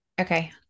Okay